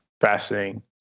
fascinating